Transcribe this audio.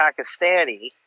Pakistani